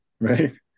Right